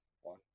one